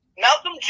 Malcolm